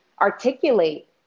articulate